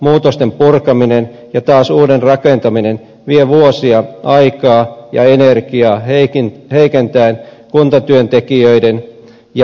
muutosten purkaminen ja taas uuden rakentaminen vie vuosia aikaa ja energiaa heikentäen kuntatyöntekijöiden ja päättäjien motivaatiota